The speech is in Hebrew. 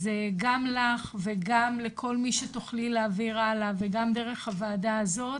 אז גם לך וגם לכל מי שתוכלי להעביר הלאה וגם דרך הוועדה הזאת,